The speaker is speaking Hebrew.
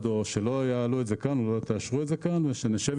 שלא תעלו את זה כאן ולא תאשרו את זה כאן ולסגור